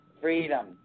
freedom